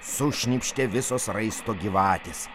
sušnypštė visos raisto gyvatės